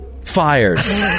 fires